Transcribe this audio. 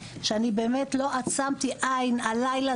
שאני באמת לא עצמתי עין הלילה,